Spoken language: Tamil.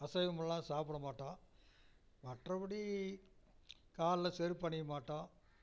அசைவமெல்லாம் சாப்பிட மாட்டோம் மற்றபடி காலில் செருப்பு அணியமாட்டோம்